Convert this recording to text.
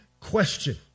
question